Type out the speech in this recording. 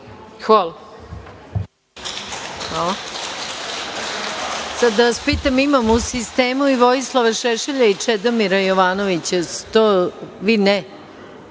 Hvala.